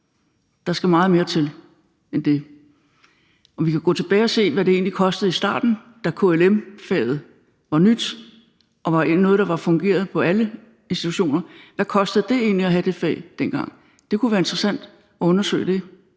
der skal meget mere til end det. Vi kan gå tilbage og se, hvad det egentlig kostede i starten, da KLM-faget var nyt og var noget, der fungerede på alle institutioner – hvad kostede det egentlig at have det fag dengang? Det kunne være interessant at undersøge det,